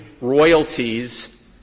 royalties